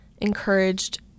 encouraged